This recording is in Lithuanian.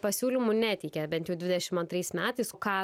pasiūlymų neteikė bent jau dvidešim antrais metais ką